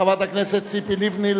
חברת הכנסת ציפי לבני,